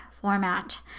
format